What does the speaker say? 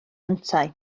yntau